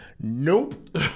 Nope